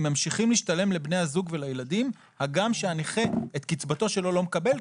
ממשיכים להשתלם לבני הזוג ולילדים הגם שהנכה את קצבתו שלו לא מקבל,